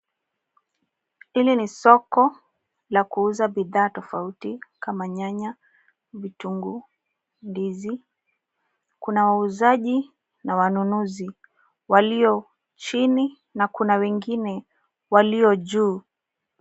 Hili ni soko la kuuza bidhaa tofauti kama nyanya, vitunguu, ndizi. Kuna wauzaji na wanunuzi walio chini na kuna wengine walio juu.